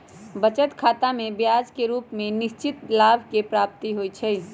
बचत खतामें ब्याज के रूप में निश्चित लाभ के प्राप्ति होइ छइ